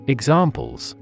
Examples